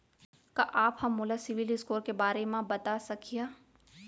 का आप हा मोला सिविल स्कोर के बारे मा बता सकिहा?